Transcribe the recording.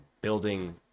building